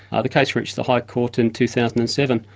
ah the case reached the high court in two thousand and seven.